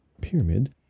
pyramid